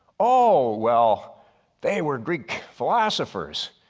oh well they were greek philosophers.